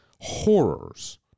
horrors